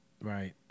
Right